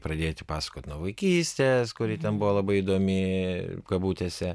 pradėti pasakot nuo vaikystės kuri ten buvo labai įdomi kabutėse